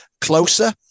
Closer